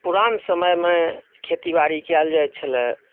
पुरान समयमे खेती बाड़ी कयल जाइत छलए